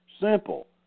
Simple